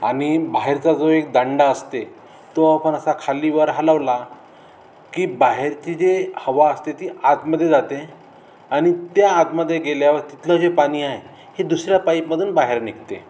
आणि बाहेरचा जो एक दांडा असते तो आपण असा खालीवर हलवला की बाहेरची जे हवा असते ती आतमध्ये जाते आणि त्या आतमध्ये गेल्यावर तिथलं जे पाणी आहे हे दुसऱ्या पाईपमधून बाहेर निघते